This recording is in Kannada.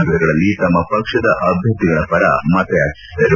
ನಗರಗಳಲ್ಲಿ ತಮ್ಮ ಪಕ್ಷದ ಅಭ್ಜರ್ಥಿಪರ ಮತ ಯಾಚಿಸಿದರು